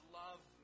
love